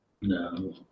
No